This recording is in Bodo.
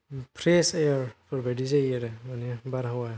फ्रेश एयार फोर बायदि जायो आरो माने बारहावाया